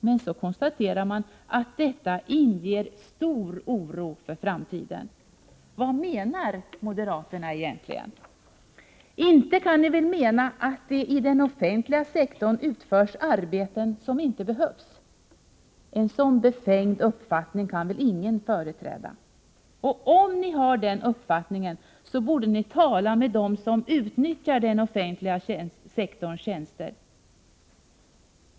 Men därefter konstaterar reservanterna att detta inger stor oro för framtiden! Vad menar moderaterna egentligen? Menar moderaterna att det i den offentliga sektorn utförs arbeten som inte behövs? En så befängd uppfattning kan väl ingen företräda. Om ni har den uppfattningen borde ni tala med dem som utnyttjar den offentliga sektorns tjänster.